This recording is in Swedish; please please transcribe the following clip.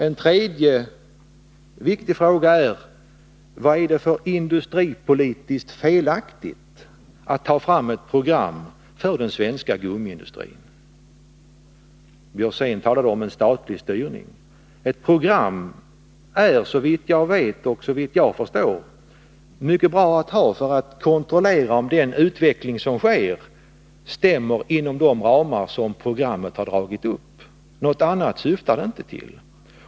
En tredje viktig fråga är: Vad är det som är industripolitiskt felaktigt i att ta fram ett program för den svenska gummiindustrin? Karl Björzén talade om en statlig styrning, men såvitt jag förstår är ett program mycket bra att ha för att kunna kontrollera om den utveckling som sker stämmer inom de ramar som programmet har dragit upp. Något annat syftar programmet ju inte till.